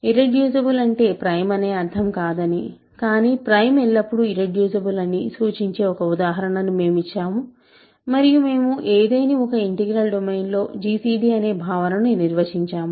irreducible అంటే prime అనే అర్ధం కాదని కాని ప్రైమ్ ఎల్లప్పుడూ ఇర్రెడ్యూసిబుల్ అని సూచించే ఒక ఉదాహరణను మేము ఇచ్చాము మరియు మేము ఏదేని ఒక ఇంటిగ్రల్ డొమైన్ లో జిసిడిఅనే భావనను నిర్వచించాము